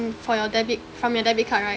for your debit from your debit card right